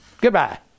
Goodbye